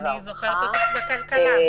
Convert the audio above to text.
גם בצדק אולי,